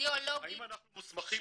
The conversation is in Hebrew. האידיאולוגית --- האם אנחנו מוסמכים